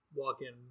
walk-in